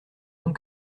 donc